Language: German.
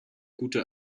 gute